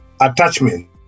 attachment